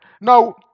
Now